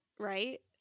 Right